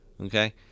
okay